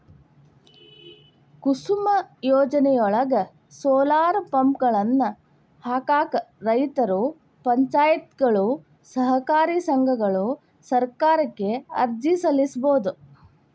ಕುಸುಮ್ ಯೋಜನೆಯೊಳಗ, ಸೋಲಾರ್ ಪಂಪ್ಗಳನ್ನ ಹಾಕಾಕ ರೈತರು, ಪಂಚಾಯತ್ಗಳು, ಸಹಕಾರಿ ಸಂಘಗಳು ಸರ್ಕಾರಕ್ಕ ಅರ್ಜಿ ಸಲ್ಲಿಸಬೋದು